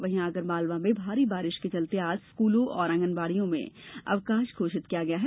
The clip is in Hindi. वहीं आगरमालवा में भारी बारिश के चलते आज स्कूलों और आंगनबाड़ियों में अवकाश घोषित किया गया है